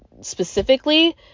specifically